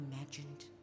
imagined